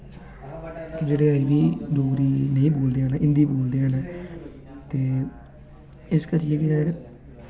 ते जेह्ड़े डोगरी नेईं बोलदे न हिंदी बोलदे न ते इस करियै गै